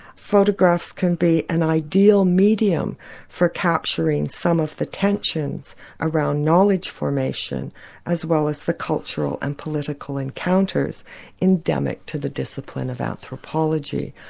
photographs can be an ideal medium for capturing some of the tensions around knowledge formation as well as the cultural and political encounters endemic to the discipline of anthropology.